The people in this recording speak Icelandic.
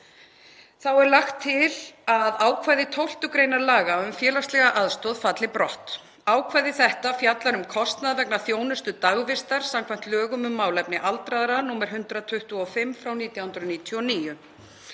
Þá er lagt til að ákvæði 12. gr. laga um félagslega aðstoð falli brott. Ákvæði þetta fjallar um kostnað vegna þjónustu dagvistar samkvæmt lögum um málefni aldraðra nr. 125/1999,